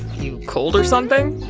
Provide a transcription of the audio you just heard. you cold or something?